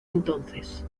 entonces